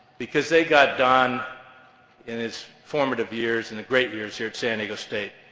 because they got don in his formative years in the great years here at san diego state.